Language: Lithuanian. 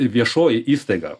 viešoji įstaiga